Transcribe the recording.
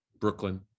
brooklyn